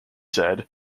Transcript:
said